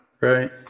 Right